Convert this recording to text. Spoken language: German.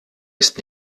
ist